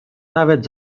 nawet